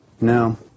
No